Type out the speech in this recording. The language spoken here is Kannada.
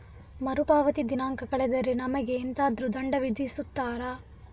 ಮರುಪಾವತಿ ದಿನಾಂಕ ಕಳೆದರೆ ನಮಗೆ ಎಂತಾದರು ದಂಡ ವಿಧಿಸುತ್ತಾರ?